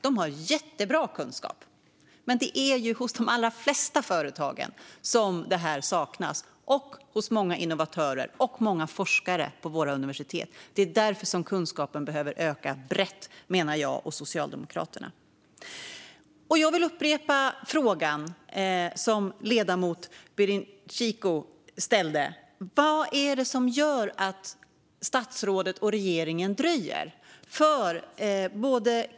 De har jättebra kunskap. Men hos de allra flesta företag saknas detta, liksom hos många innovatörer och hos många forskare på våra universitet. Det är därför som kunskapen behöver öka brett, menar jag och Socialdemokraterna. Jag vill upprepa den fråga som ledamoten Birinxhiku ställde: Vad är det som gör att statsrådet och regeringen dröjer?